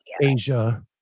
Asia